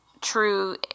true